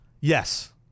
Yes